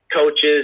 coaches